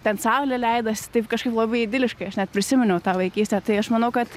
ten saulė leidosi taip kažkaip labai idiliškai aš net prisiminiau tą vaikystę tai aš manau kad